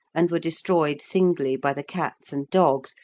and were destroyed singly by the cats and dogs,